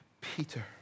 Peter